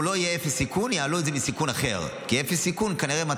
אמרו: לא יהיה אפס סיכון,